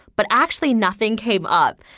but actually nothing came up.